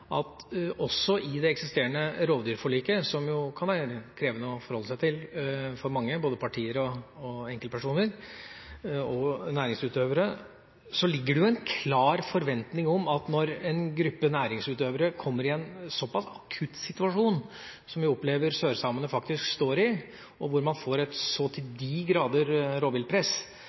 I det eksisterende rovdyrforliket, som kan være krevende å forholde seg til for mange – både partier, enkeltpersoner og næringsutøvere – ligger det en klar forventning om at når en gruppe næringsutøvere kommer i en såpass akutt situasjon som jeg opplever at sørsamene står i, hvor man får et rovviltpress så